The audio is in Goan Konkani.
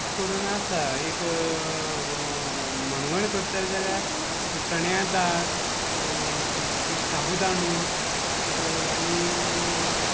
अशें करून आसा एक मणगण करतले जाल्यार चण्या दाळ तुगे साबू दाणू आनी